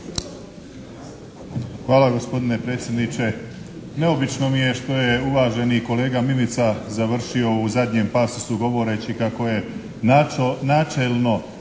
Hvala gospodine predsjedniče. Neobično mi je što je uvaženi kolega Mimica završio u zadnjem pasosu govoreći kako je načelno